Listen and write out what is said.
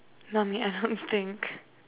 not me I don't think